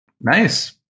Nice